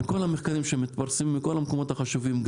מכל המחקרים שמתפרסמים מכל המקומות החשובים,